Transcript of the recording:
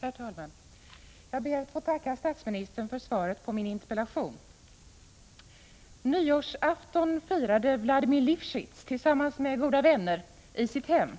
Herr talman! Jag ber att få tacka statsministern för svaret på min interpellation. Nyårsafton firade Vladimir Lifschits tillsammans med goda vänner i sitt hem.